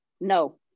no